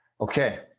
Okay